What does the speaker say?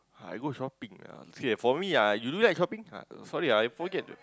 I go shopping uh see for me uh do you like shopping sorry ah I forget